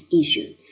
issue